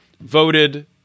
voted